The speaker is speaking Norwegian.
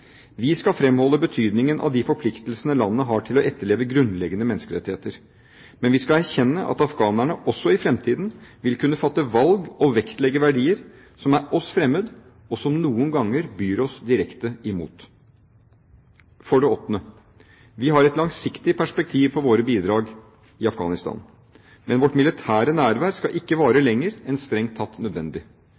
Vi skal fremholde betydningen av de forpliktelsene landet har til å etterleve grunnleggende menneskerettigheter. Men vi skal erkjenne at afghanerne også i fremtiden vil kunne fatte valg og vektlegge verdier som er oss fremmed, og som noen ganger byr oss direkte imot. For det åttende: Vi har et langsiktig perspektiv på våre bidrag i Afghanistan. Men vårt militære nærvær skal ikke vare lenger enn strengt tatt nødvendig.